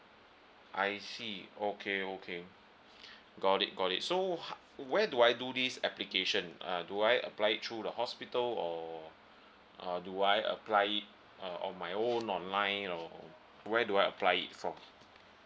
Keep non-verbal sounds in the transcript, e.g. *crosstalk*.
I see okay okay *breath* got it got it so how where do I do this application uh do I apply it through the hospital or *breath* uh do I apply it uh on my own online or where do I apply it from